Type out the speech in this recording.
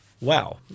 Wow